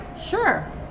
Sure